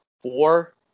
four